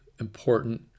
important